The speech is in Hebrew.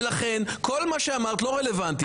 לכן כל מה שאמרת לא רלוונטי אבל תודה.